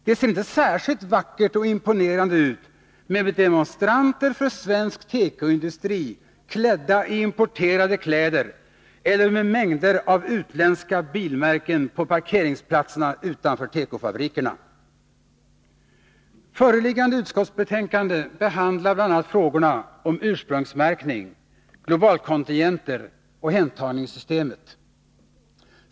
Det ser inte särskilt vackert och imponerande ut med demonstranter för svensk tekoindustri klädda i importerade kläder eller med mängder av utländska bilmärken på parkeringsplatserna utanför tekofabrikerna. Föreliggande utskottsbetänkande behandlar bl.a. frågorna om ursprungsmärkning, globalkontingenter och hemtagningssystemet.